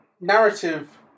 narrative